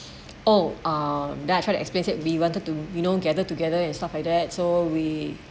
oh uh then I tried to explain said we wanted to you know gather together and stuff like that so we